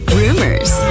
rumors